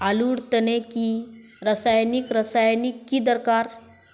आलूर तने की रासायनिक रासायनिक की दरकार?